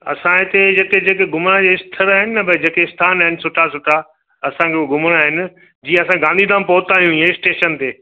असां हिते जेके जेके घुमण जा स्थड़ आहिनि भई जेके स्थान आहिनि सुठा सुठा असांखे हू घुमणा आहिनि जीअं असां गांधीधाम पहुता आहियूं हींअर स्टेशन ते